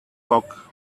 cock